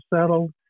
settled